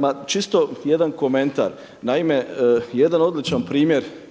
Ma čisto jedan komentar. Naime, jedan odličan primjer